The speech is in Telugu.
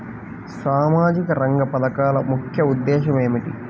సామాజిక రంగ పథకాల ముఖ్య ఉద్దేశం ఏమిటీ?